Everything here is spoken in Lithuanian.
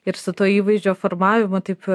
ir su tuo įvaizdžio formavimu taip